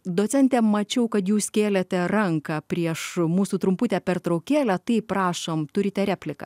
docente mačiau kad jūs kėlėte ranką prieš mūsų trumputę pertraukėlę tai prašom turite repliką